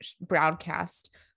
broadcast